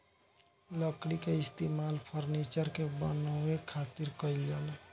लकड़ी के इस्तेमाल फर्नीचर के बानवे खातिर कईल जाला